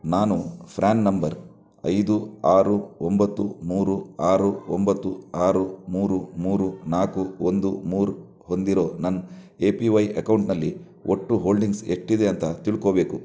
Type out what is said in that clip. ನಾನು PRAN number ಐದು ಆರು ಒಂಬತ್ತು ಮೂರು ಆರು ಒಂಬತ್ತು ಆರು ಮೂರು ಮೂರು ನಾಲ್ಕು ಒಂದು ಮೂರು ಹೊಂದಿರೋ ನನ್ನ ಎ ಪಿ ವೈ ಅಕೌಂಟ್ನಲ್ಲಿ ಒಟ್ಟು ಹೋಲ್ಡಿಂಗ್ಸ್ ಎಷ್ಟಿದೆ ಅಂತ ತಿಳ್ಕೋಬೇಕು